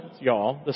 y'all